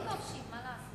תודה.